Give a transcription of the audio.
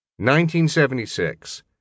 1976